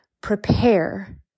prepare